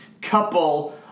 couple